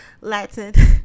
Latin